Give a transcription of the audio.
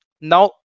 Now